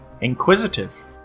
Inquisitive